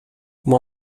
uma